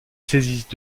saisissent